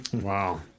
Wow